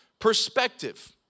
perspective